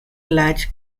latch